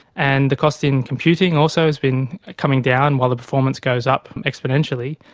and the cost in computing also has been coming down while the performance goes up exponentially.